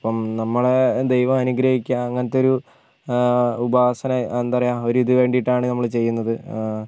അപ്പം നമ്മളെ ദൈവം അനുഗ്രഹിക്കുക അങ്ങനത്തെ ഒരു ഉപാസന എന്താണ് പറയുക ഒരു ഇത് വേണ്ടിയിട്ടാണ് നമ്മൾ ചെയ്യുന്നത്